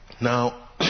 Now